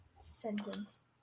Sentence